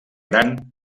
gran